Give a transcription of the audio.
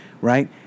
Right